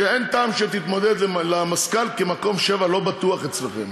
שאין טעם שתתמודד על מזכ"ל כי מקום 7 לא בטוח אצלכם,